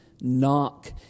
knock